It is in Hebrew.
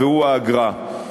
האגרה.